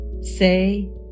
say